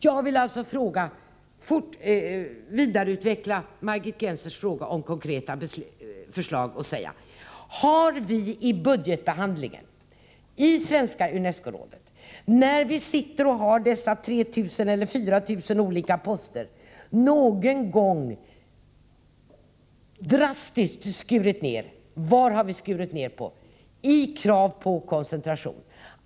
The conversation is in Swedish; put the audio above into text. Jag vill alltså vidareutveckla Margit Gennsers fråga om konkreta förslag och fråga: Har vi i budgetbehandlingen i Svenska unescorådet, när vi sitter och har dessa 3 000 eller 4 000 olika poster, någon gång drastiskt skurit ned, och i så fall på vad, i krav på koncentration?